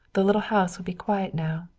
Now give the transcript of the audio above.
the little house would be quiet now,